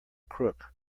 crook